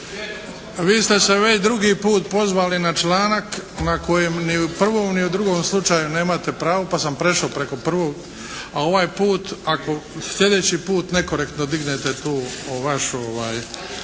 Vi ste se već drugi put pozvali na članak na kojem ni u prvom, ni u drugom slučaju nemate pravo pa sam prešao preko prvog, a ovaj put, ako sljedeći put nekorektno dignete tu vašu